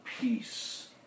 peace